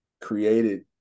created